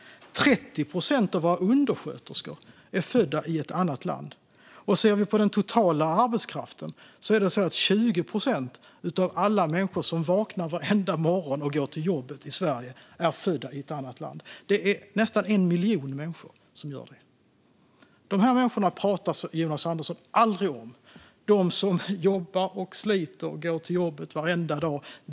30 procent av våra undersköterskor är födda i ett annat land. Vi kan se på den totala arbetskraften. 20 procent av alla människor i Sverige som vaknar på morgonen och går till jobbet varenda dag är födda i ett annat land. Det är nästan 1 miljon människor. Dessa människor pratar Jonas Andersson aldrig om, de som jobbar och sliter och går till jobbet varenda dag.